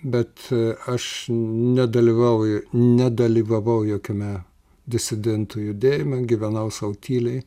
bet aš nedalyvauju nedalyvavau jokiame disidentų judėjime gyvenau sau tyliai